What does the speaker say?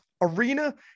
arena